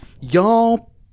y'all